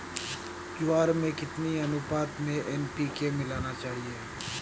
ज्वार में कितनी अनुपात में एन.पी.के मिलाना चाहिए?